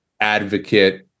advocate